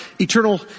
eternal